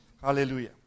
Hallelujah